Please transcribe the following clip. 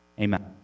Amen